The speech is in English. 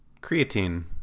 Creatine